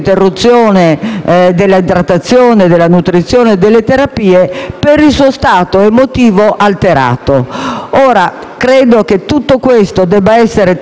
del suo stato emotivo alterato. Ora, credo che tutto ciò debba essere tenuto in considerazione soprattutto per patologie curabili.